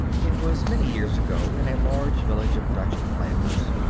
it was many years ago, in a large village of dutch flanders,